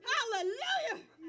Hallelujah